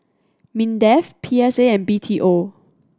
MINDEF P S A and B T O